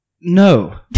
No